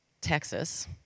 Texas